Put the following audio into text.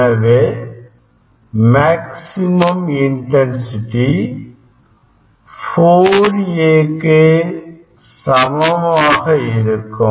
எனவே maximum intensity 4 A க்கு சமமாக இருக்கும்